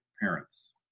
parents